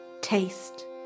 Taste